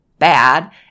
bad